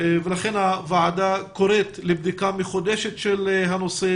לכן הוועדה קוראת לבדיקה מחודשת של הנושא,